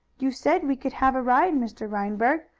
you said we could have a ride, mr. reinberg.